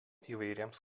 įvairiems